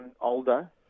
older